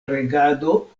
regado